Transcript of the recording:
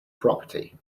property